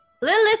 Lilith